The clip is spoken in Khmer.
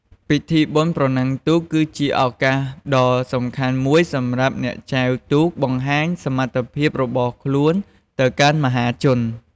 ពិធីបុណ្យប្រណាំងទូកគឺជាឱកាសដ៏សំខាន់មួយសម្រាប់អ្នកចែវទូកបង្ហាញសមត្ថភាពរបស់ខ្លួនទៅកាន់មហាជន។